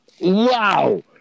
Wow